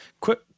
Quick